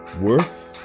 worth